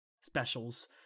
specials